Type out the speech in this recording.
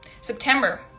September